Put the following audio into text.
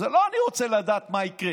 זה לא: אני רוצה לדעת מה יקרה.